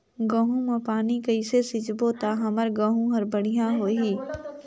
गहूं म पानी कइसे सिंचबो ता हमर गहूं हर बढ़िया होही?